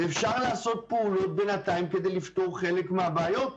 אפשר לעשות פעולות בינתיים כדי לפתור חלק מהבעיות,